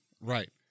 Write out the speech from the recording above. Right